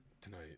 tonight